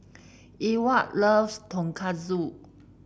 Ewart loves Tonkatsu